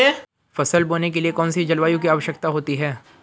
फसल बोने के लिए कौन सी जलवायु की आवश्यकता होती है?